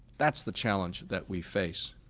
that's the challenge that we face.